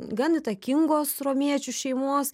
gan įtakingos romiečių šeimos